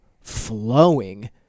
flowing